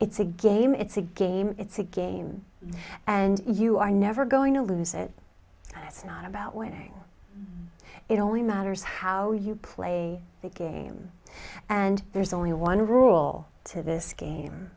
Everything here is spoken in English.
it's a game it's a game it's a game and you are never going to lose it it's not about winning it only matters how you play the game and there's only one rule to this game